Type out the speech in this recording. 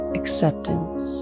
acceptance